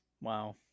Wow